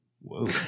Whoa